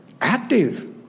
active